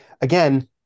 Again